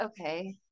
okay